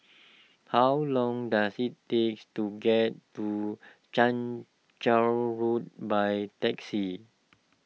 how long does it takes to get to Chang Charn Road by taxi